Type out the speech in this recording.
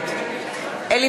נגד יואב בן צור,